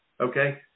okay